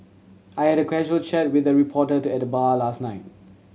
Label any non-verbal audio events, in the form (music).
I had a casual chat with a reporter (unintelligible) at the bar last night